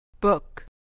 Book